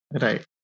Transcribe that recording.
Right